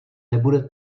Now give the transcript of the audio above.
nebude